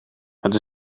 het